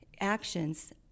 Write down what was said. actions